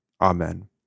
Amen